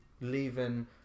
leaving